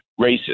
racist